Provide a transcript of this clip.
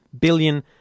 billion